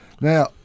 Now